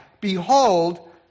Behold